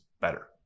better